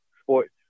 Sports